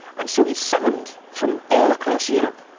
and so he summoned, from all across europe,